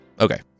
okay